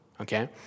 okay